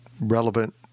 Relevant